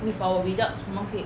with our results 我们可以